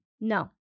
no